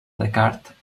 descartes